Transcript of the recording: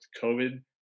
COVID